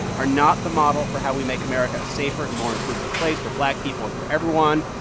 are not the model for how we make america a safer and more inclusive place for black people and for everyone.